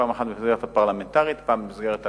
פעם אחת בדרך הפרלמנטרית ופעם במסגרת הממשלתית.